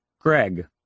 Greg